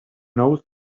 knows